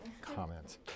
comments